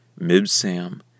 Mibsam